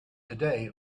today